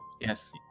Yes